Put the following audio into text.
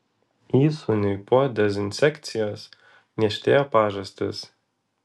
įsūniui po dezinsekcijos niežtėjo pažastys